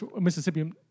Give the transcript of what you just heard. Mississippi